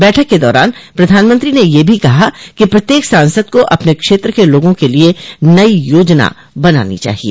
बैठक के दौरान प्रधानमंत्री ने यह भी कहा कि प्रत्येक सांसद को अपने क्षेत्र के लोगों के लिए नई योजना बनानो चाहिए